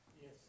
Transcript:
Yes